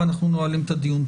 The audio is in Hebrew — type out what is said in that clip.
ואנחנו נועלים את הדיון.